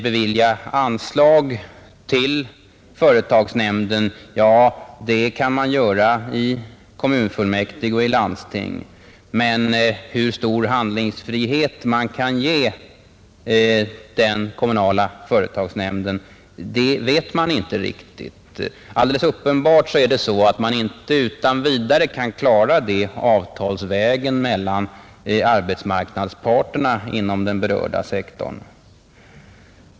Bevilja anslag till företagsnämnden, ja, det kan man göra i kommunfullmäktige och i landsting, men hur stor handlingsfrihet man kan ge den kommunala företagsnämnden, det vet man inte riktigt. Alldeles uppenbart är det så att man inte utan vidare kan klara det avtalsvägen mellan arbetsmarknadsparterna inom den berörda sektorn.